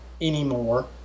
anymore